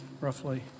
roughly